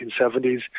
1970s